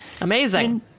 Amazing